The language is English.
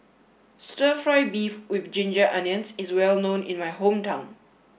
Stir Fry Beef with Ginger Onions is well known in my hometown